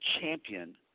champion